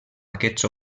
aquests